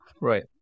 Right